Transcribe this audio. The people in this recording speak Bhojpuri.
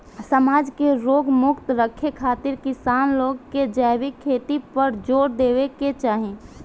समाज के रोग मुक्त रखे खातिर किसान लोग के जैविक खेती पर जोर देवे के चाही